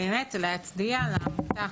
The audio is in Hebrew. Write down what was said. להצדיע לעמותה,